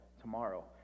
tomorrow